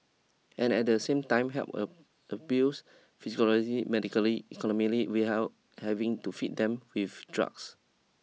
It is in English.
and at the same time help a abuse medically economically we hell having to feed them with